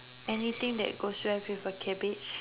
anything that goes well with a cabbage